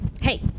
Hey